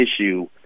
issue